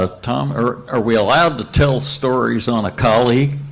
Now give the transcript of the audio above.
ah tom, are are we allowed to tell stories on a colleague?